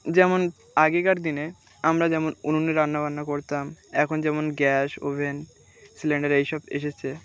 যেমন আগেকার দিনে আমরা যেমন উনুনে রান্নাবান্না করতাম এখন যেমন গ্যাস ওভেন সিলিন্ডার এইসব এসেছে